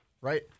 right